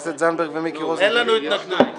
יש גם עיסוק בשאלה איזו הגנה יש לעובדי